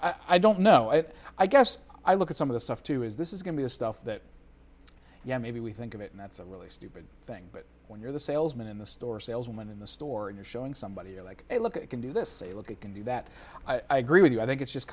i don't know it i guess i look at some of the stuff too is this is going to stuff that yeah maybe we think of it and that's a really stupid thing but when you're the salesman in the store salesman in the store and you're showing somebody like a look at can do this a look at can do that i agree with you i think it's just